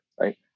Right